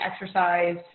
exercise